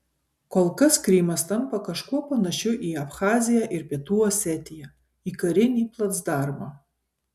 kol kas krymas tampa kažkuo panašiu į abchaziją ir pietų osetiją į karinį placdarmą